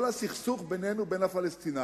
כל הסכסוך בינינו ובין הפלסטינים